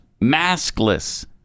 maskless